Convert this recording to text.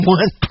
one